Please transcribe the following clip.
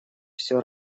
все